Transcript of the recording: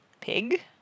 Pig